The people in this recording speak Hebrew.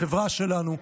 בחברה שלנו,